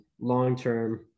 long-term